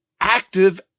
active